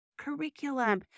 curriculum